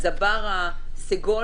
אז הבר הסגול,